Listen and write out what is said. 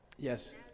Yes